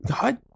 God